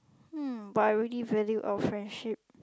um but I really value our friendship